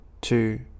two